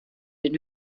den